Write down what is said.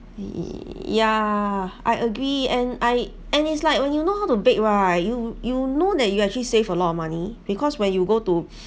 yeah I agree and I and it's like when you know how to bake right you you know that you actually save a lot of money because when you go to